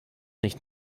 nicht